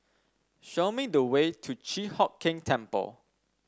show me the way to Chi Hock Keng Temple